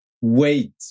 wait